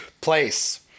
place